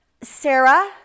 Sarah